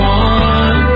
one